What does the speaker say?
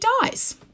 dies